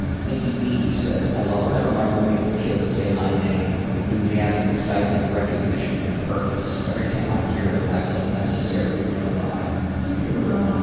nicki b. says i love whenever my roommate's kids say my name with enthusiasm, excitement, recognition and purpose. every time i hear it, i feel necessary and alive. that's a beautiful one. oh.